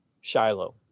Shiloh